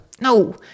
no